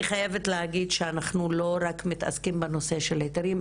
אני חייבת להגיד שאנחנו לא רק מתעסקים בנושא של היתרים,